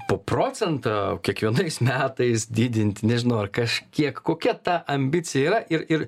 po procentą kiekvienais metais didinti nežinau ar kažkiek kokia ta ambicija yra ir ir